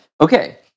Okay